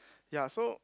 ya so